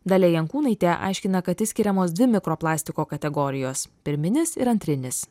dalia jankūnaitė aiškina kad išskiriamos dvi mikroplastiko kategorijos pirminis ir antrinis